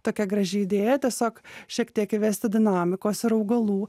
tokia graži idėja tiesiog šiek tiek įvesti dinamikos ir augalų